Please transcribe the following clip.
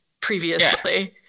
previously